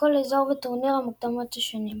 לכל אזור בטורנירי המוקדמות השונים.